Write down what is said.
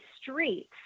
streets